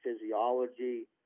physiology